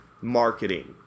marketing